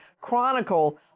Chronicle